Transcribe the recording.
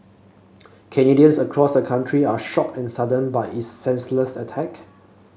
Canadians across the country are shocked and saddened by this senseless attack